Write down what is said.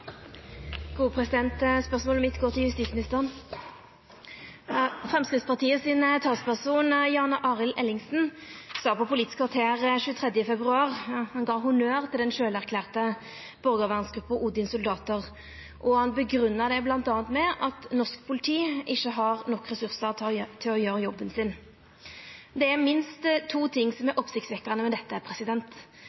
Spørsmålet mitt går til justisministeren. Framstegspartiets talsperson Jan Arild Ellingsen sa i Politisk kvarter den 23. februar at han gav honnør til den sjølverklærte borgarvernsgruppa Odins soldater. Det grunngav han bl.a. med at norsk politi ikkje har nok ressursar til å gjera jobben sin. Det er minst to ting som